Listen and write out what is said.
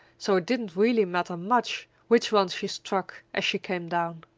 so it didn't really matter much which one she struck as she came down.